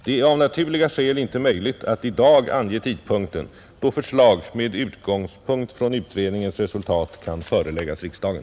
Det är av naturliga skäl inte möjligt att i dag ange tidpunkten då förslag med utgångspunkt från utredningens resultat kan föreläggas riksdagen.